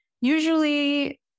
usually